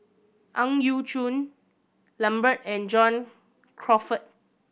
Ang Yau Choon Lambert and John Crawfurd